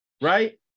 right